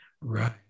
Right